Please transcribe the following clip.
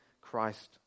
Christ